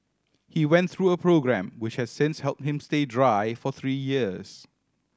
he went through a programme which has since helped him stay dry for three years